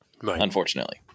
Unfortunately